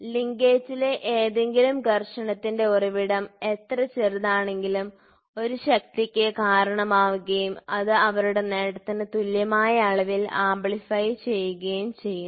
ലിങ്കേജിലെ ഏതെങ്കിലും ഘർഷണത്തിന്റെ ഉറവിടം എത്ര ചെറുതാണെങ്കിലും ഒരു ശക്തിക്ക് കാരണമാകുകയും അത് അവരുടെ നേട്ടത്തിന് തുല്യമായ അളവിൽ ആംപ്ലിഫൈ ചെയ്യും ശരി